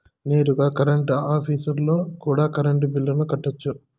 నేరుగా కరెంట్ ఆఫీస్లో కూడా కరెంటు బిల్లులు కట్టొచ్చు